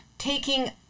taking